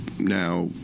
Now